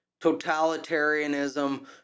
totalitarianism